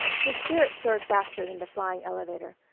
his spirits soared faster than the flying elevator.